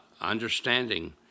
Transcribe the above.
understanding